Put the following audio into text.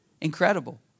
Incredible